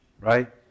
Right